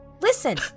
Listen